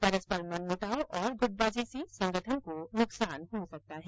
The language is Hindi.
परस्पर मनमुटाव और गुटबाजी से संगठन को नुकसान हो सकता है